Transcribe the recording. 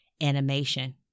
animation